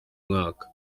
mwaka